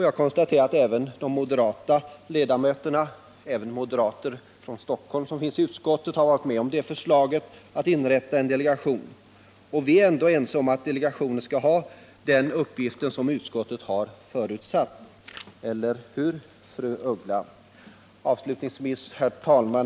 Jag konstaterar att de moderata ledamöter — även från Stockholm — som finns i utskottet varit med om förslaget att inrätta en delegation. Vi är ense om att delegationen skall ha den uppgift som utskottet har förutsatt, eller hur, fru af Ugglas?